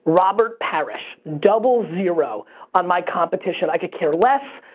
robert parish, double zero on my competition. i could care less.